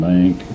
Bank